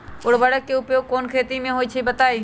उर्वरक के उपयोग कौन कौन खेती मे होई छई बताई?